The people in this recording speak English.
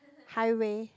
highway